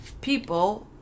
people